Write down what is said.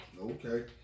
Okay